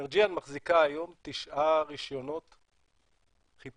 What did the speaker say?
אנרג'יאן מחזיקה היום תשעה רישיונות חיפוש